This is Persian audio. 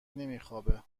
نمیخوابه